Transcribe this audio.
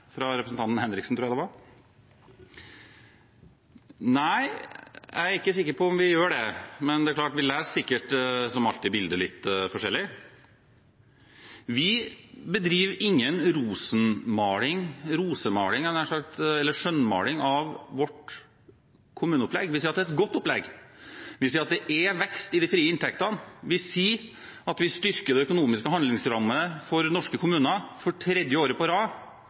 tror det var fra representanten Henriksen. Nei, jeg er ikke sikker på om vi gjør det, men det er klart at vi, som alltid, sikkert leser bildet litt forskjellig. Vi bedriver ingen skjønnmaling av vårt kommuneopplegg. Vi sier at det er et godt opplegg, vi sier at det er vekst i de frie inntektene, vi sier at vi styrker det økonomiske handlingsrommet for norske kommuner for tredje året på rad,